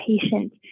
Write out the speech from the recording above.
patient